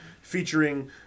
featuring